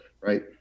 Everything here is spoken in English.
right